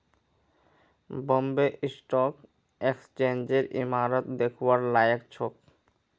Bombay stock एक्सचेंजेर इमारत दखवार लायक छोक